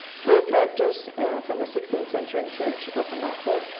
four characters from the sixteenth century in search of an author.